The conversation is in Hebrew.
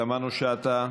תמנו-שטה,